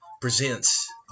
presents